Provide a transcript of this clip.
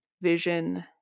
vision